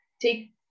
take